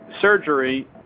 surgery